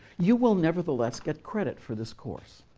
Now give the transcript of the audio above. you will nevertheless get credit for this course,